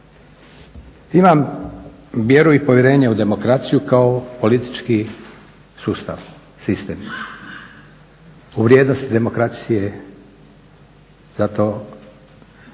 Imam vjeru i povjerenje u demokraciju kao politički sustav, sistem, u vrijednost demokracije.